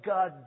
God